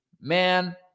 man